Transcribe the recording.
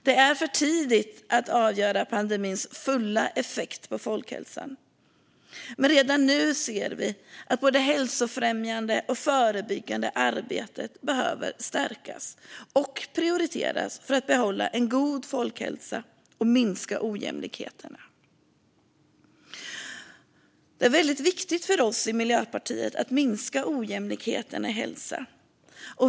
Det är för tidigt för att avgöra pandemins fulla effekt på folkhälsan, men redan nu ser vi att det hälsofrämjande och förebyggande arbetet behöver stärkas och prioriteras för att behålla en god folkhälsa och minska ojämlikheterna. Det är väldigt viktigt för oss i Miljöpartiet att minska ojämlikheterna i hälsa.